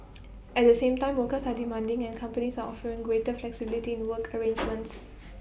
at the same time workers are demanding and companies are offering greater flexibility in work arrangements